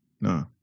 No